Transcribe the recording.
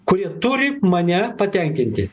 kurie turi mane patenkinti